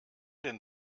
den